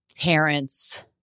parents